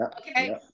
Okay